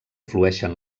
flueixen